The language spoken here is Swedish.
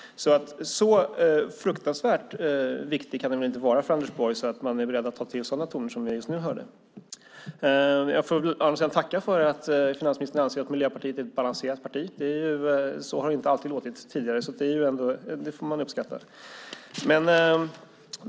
Så fruktansvärt viktig kan den väl inte vara för Anders Borg att han är beredd att ta till sådana toner som vi just hörde. Jag tackar för att finansministern anser att Miljöpartiet är ett balanserat parti. Så har det inte alltid låtit, så det får man uppskatta.